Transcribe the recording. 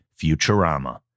Futurama